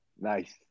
Nice